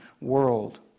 world